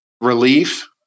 Relief